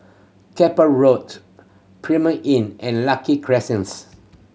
Keppel Roads Premier Inn and Lucky Crescents